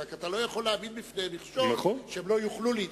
רק אתה לא יכול להעמיד בפניהם מכשול שהם לא יוכלו להתגייס.